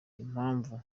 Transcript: impamvu